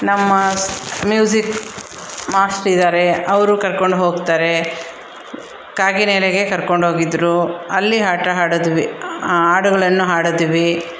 ನಮ್ಮ music master ಇದ್ದಾರೆ ಅವರು ಕರ್ಕೊಂಡು ಹೋಗ್ತಾರೆ ಕಾಗಿನೆಲೆಗೆ ಕರ್ಕೊಂಡೋಗಿದ್ರು ಅಲ್ಲಿ ಆಟ ಆಡಿದ್ವಿ ಹಾಡುಗಳನ್ನು ಹಾಡಿದ್ವಿ